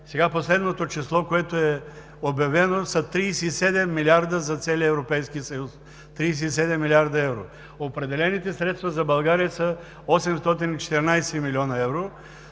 сега последното число, което е обявено, са 37 млрд. евро за целия Европейски съюз, а определените средства за България са 814 млн. евро,